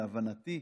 להבנתי,